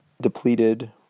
depleted